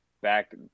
back